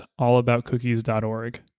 allaboutcookies.org